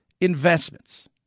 Investments